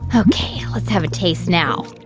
ok. let's have a taste now.